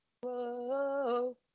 whoa